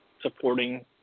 supporting